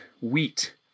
wheat